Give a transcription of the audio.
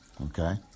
Okay